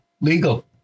legal